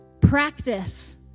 Practice